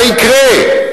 מה יקרה?